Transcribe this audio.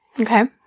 Okay